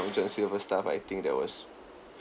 long john's silver staff I think that was